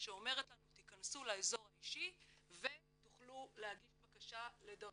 שאומרת לנו "תכנסו לאזור האישי ותוכלו להגיש בקשה לדרכון".